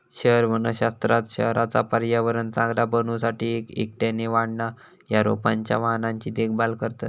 शहर वनशास्त्रात शहराचा पर्यावरण चांगला बनवू साठी एक एकट्याने वाढणा या रोपांच्या वाहनांची देखभाल करतत